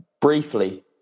briefly